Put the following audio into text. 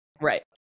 right